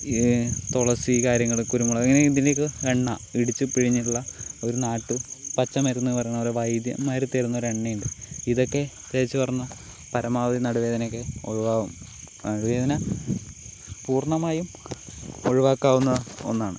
ഈ തുളസി കാര്യങ്ങൾ കുരുമുളക് എണ്ണ ഇടിച്ച് പിഴിഞ്ഞിട്ടുള്ള ഒരു നാട്ടു പച്ച മരുന്ന് പറയുന്നപോലെ വൈദ്യന്മാർ തരുന്ന ഒരു എണ്ണയുണ്ട് ഇതൊക്കെ തേച്ച് പറഞ്ഞാൽ പരമാവധി നടുവ് വേദനയൊക്കെ ഒഴിവാകും നടുവ് വേദന പൂർണ്ണമായും ഒഴിവാക്കാവുന്ന ഒന്നാണ്